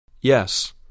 Yes